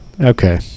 Okay